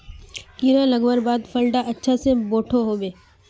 कीड़ा लगवार बाद फल डा अच्छा से बोठो होबे?